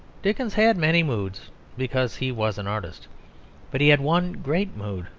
dickens had many moods because he was an artist but he had one great mood,